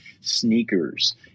sneakers